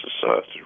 society